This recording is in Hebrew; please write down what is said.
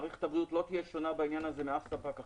מערכת הבריאות לא תהיה שונה בעניין הזה מאף ספק אחר.